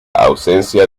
ausencia